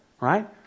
right